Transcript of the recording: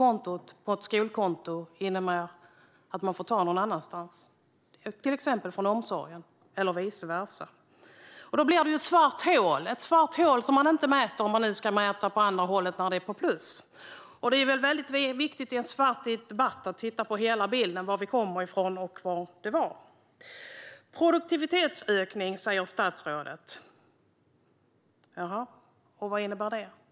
Minus på ett skolkonto innebär att man får ta någon annanstans, till exempel från omsorgen, eller vice versa. Då blir det ett svart hål som man inte mäter, om man nu ska mäta på andra sidan, när det är på plus. Det är väldigt viktigt i en debatt att titta på hela bilden: var vi kommer från och hur det var. Produktivitetsökning, säger statsrådet. Vad innebär det?